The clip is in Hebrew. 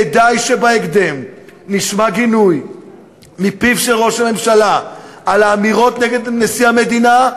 כדאי שבהקדם נשמע גינוי מפיו של ראש הממשלה על האמירות נגד נשיא המדינה,